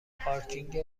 پارکینگ